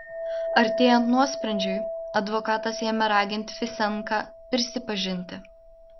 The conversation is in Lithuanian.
artėjant nuosprendžiui advokatas ėmė raginti fisenką prisipažinti